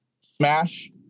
Smash